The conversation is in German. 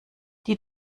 die